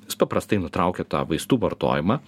jis paprastai nutraukia tą vaistų vartojimą